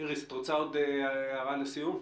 איריס, את רוצה להוסיף משהו?